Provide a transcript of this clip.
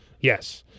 yes